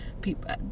people